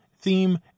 theme